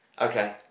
Okay